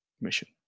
mission